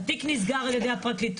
התיק נסגר על ידי הפרקליטות,